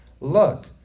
Look